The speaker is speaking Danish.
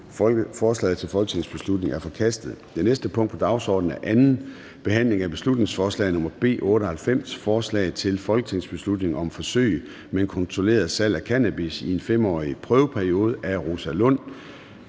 Forslaget til folketingsbeslutning er forkastet. --- Det næste punkt på dagsordenen er: 39) 2. (sidste) behandling af beslutningsforslag nr. B 98: Forslag til folketingsbeslutning om et forsøg med kontrolleret salg af cannabis i en 5-årig prøveperiode. Af Rosa Lund